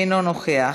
אינו נוכח,